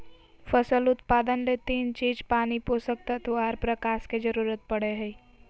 फसल उत्पादन ले तीन चीज पानी, पोषक तत्व आर प्रकाश के जरूरत पड़ई हई